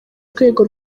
rwego